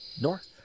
north